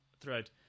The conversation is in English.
throughout